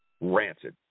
rancid